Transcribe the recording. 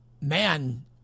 man